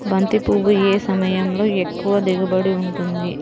బంతి పువ్వు ఏ సమయంలో ఎక్కువ దిగుబడి ఉంటుంది?